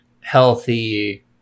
healthy